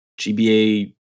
GBA